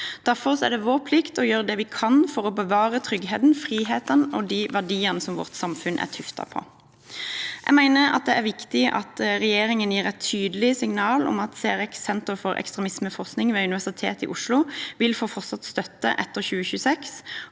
Derfor er det vår plikt å gjøre det vi kan for å bevare tryggheten, friheten og de verdiene som vårt samfunn er tuftet på. Jeg mener det er viktig at regjeringen gir et tydelig signal om at C-REX, Senter for ekstremismeforskning ved Universitetet i Oslo, fortsatt vil få støtte etter 2026.